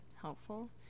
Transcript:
helpful